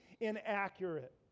inaccurate